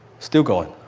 still going.